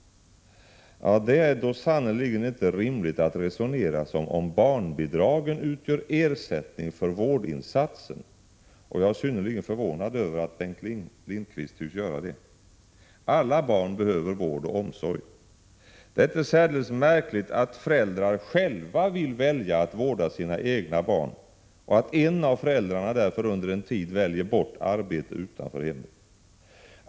Det är då sannerligen inte rimligt att resonera som om barnbidragen utgör ersättning för vårdinsatsen, och jag är synnerligen förvånad över att Bengt Lindqvist tycks göra det. Alla barn behöver vård och omsorg. Det är inte särdeles märkligt att föräldrar själva vill välja att vårda sina egna barn och att en av föräldrarna därför under en tid väljer bort arbete utanför hemmet.